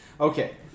Okay